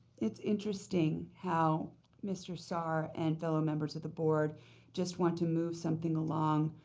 it's interesting how mr. saar and fellow members of the board just want to move something along,